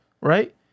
Right